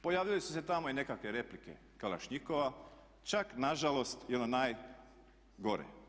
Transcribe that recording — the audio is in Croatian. Pojavile su se tamo i nekakve replike kalašnjikova, čak nažalost i ono najgore.